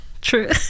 True